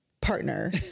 partner